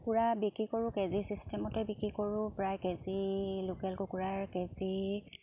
কুকুৰা বিক্ৰী কৰোঁ কেজি চিষ্টেমতে বিক্ৰী কৰোঁ প্ৰায় কেজি লোকেল কুকুৰাৰ কেজি